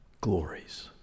glories